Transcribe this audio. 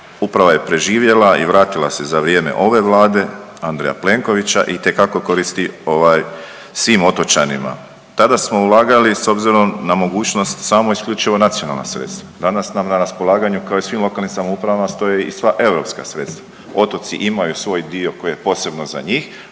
uprava je preživjela i vratila se za vrijeme ove Vlade Andreja Plenkovića i itekako koristi svim otočanima. Tada smo ulagali s obzirom na mogućnost samo i isključivo nacionalna sredstva. Danas nam na raspolaganju kao i svim lokalnim samoupravama stoje i sva europska sredstva. Otoci imaju svoj dio koji je posebno za njih,